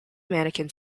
mannequin